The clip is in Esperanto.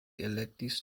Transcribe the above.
elektis